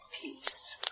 peace